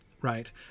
Right